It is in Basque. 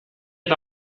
eta